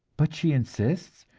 but she insists,